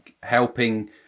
helping